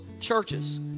churches